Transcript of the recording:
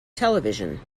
television